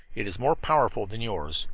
it is more powerful than yours.